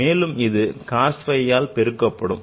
மேலும் இது cos phiஆல் பெருக்கப்படும்